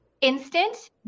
instant